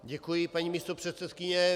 Děkuji, paní místopředsedkyně.